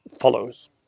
follows